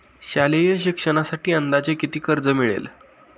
शालेय शिक्षणासाठी अंदाजे किती कर्ज मिळेल?